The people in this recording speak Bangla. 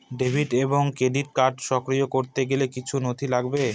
ডেবিট এবং ক্রেডিট কার্ড সক্রিয় করতে গেলে কিছু নথি লাগবে?